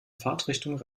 fahrtrichtung